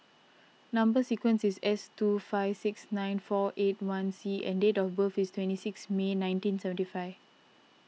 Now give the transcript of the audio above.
Number Sequence is S two five six nine four eight one C and date of birth is twenty six May nineteen seventy five